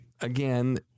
again